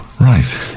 Right